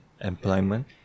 employment